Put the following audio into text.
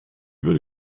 würde